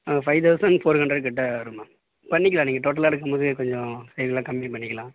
ஆ five thousand four hundred கிட்ட வரும் ma'am பண்ணிக்கலாம் நீங்கள் டோட்டலாக எடுக்கும் போது கொஞ்சம் கைவில கம்மி பண்ணிக்கலாம்